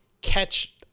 catch